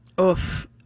Oof